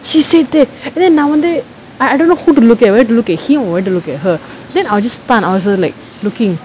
she said that eh நா வந்து:naa vanthu I I don't know who to look at where to look at he or when to look at her then I was just stunned I was like looking